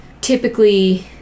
typically